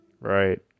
Right